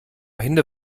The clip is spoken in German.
hände